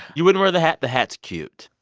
you wouldn't wear the hat? the hat's cute